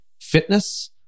fitness